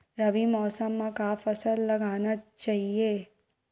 रबी मौसम म का फसल लगाना चहिए?